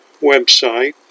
website